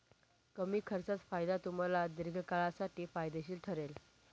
कमी खर्चात फायदा तुम्हाला दीर्घकाळासाठी फायदेशीर ठरेल